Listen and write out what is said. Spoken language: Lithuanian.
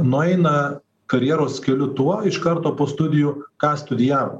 nueina karjeros keliu tuo iš karto po studijų ką studijavo